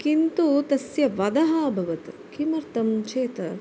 किन्तु तस्य वधम् अभवत् किमर्थं चेत्